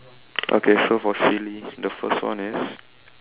okay so for silly the first one is